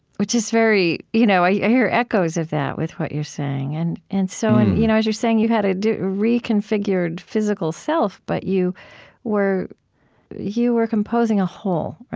which is very you know i hear echoes of that with what you're saying. and and so and you know as you're saying, you had ah a reconfigured physical self, but you were you were composing a whole. right?